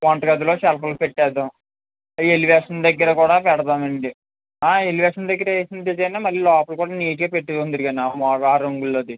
వంట గదిలో షెల్ఫ్లు పెట్టేద్దాం ఆ ఎలివేషన్ దగ్గర కూడా పెడదామండి ఆ ఎలివేషన్ దగ్గర వేసిన డిజైనే మళ్ళీ లోపల కూడా నీట్గా పెట్టుకుందురు గానీ ఆ మో ఆ రంగుల్లోది